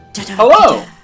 Hello